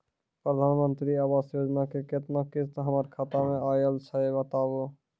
प्रधानमंत्री मंत्री आवास योजना के केतना किस्त हमर खाता मे आयल छै बताबू?